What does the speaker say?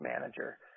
manager